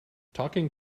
talking